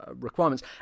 requirements